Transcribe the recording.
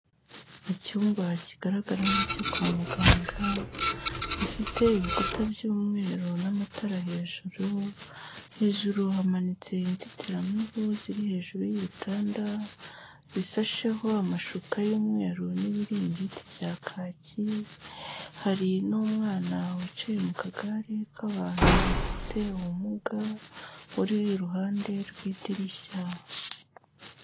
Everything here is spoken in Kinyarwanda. Icyumba kigaragara nk'icyo kwa muganga, gifite ibikuta by'umweru n'amatara hejuru, hejuru hamanitse inzitiramibu ziri hejuru y'ibitanda, bisasheho amashuka y'umweru n'ibiringiti bya kaki, hari n'umwana wicaye mu kagare k'abantu bafite ubumuga, uri iruhande rw'idirishya.